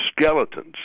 skeletons